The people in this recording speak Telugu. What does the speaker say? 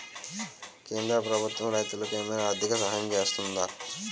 కేంద్ర ప్రభుత్వం రైతులకు ఏమైనా ఆర్థిక సాయం చేస్తుందా?